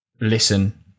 listen